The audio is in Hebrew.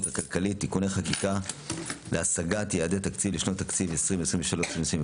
הכלכלית (תיקוני חקיקה להשגת יעדי התקציב לשנות התקציב 2023 ו-2024),